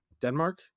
denmark